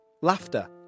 Laughter